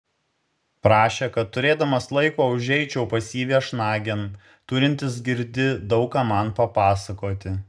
prašė kad turėdamas laiko užeičiau pas jį viešnagėn turintis girdi daug ką man papasakoti